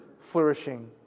flourishing